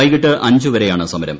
വ്രൈകിട്ട് അഞ്ചുവരെയാണ് സമരം